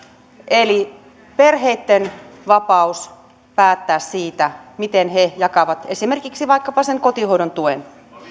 eli perheitten vapaus päättää siitä miten he jakavat esimerkiksi vaikkapa sen kotihoidon tuen